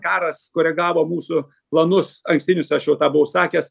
karas koregavo mūsų planus ankstinius aš jau tą buvau sakęs